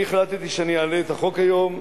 אני החלטתי שאני אעלה את החוק היום,